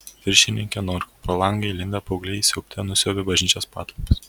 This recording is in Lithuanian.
viršininke norkau pro langą įlindę paaugliai siaubte nusiaubė bažnyčios patalpas